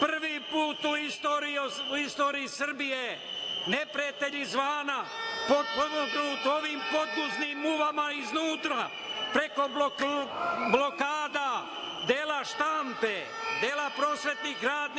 Prvi put u istoriji Srbiji neprijatelj izvana potpomognut ovim podguznim muvama iznutra, preko blokada dela štampe, dela prosvetnih radnika,